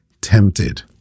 tempted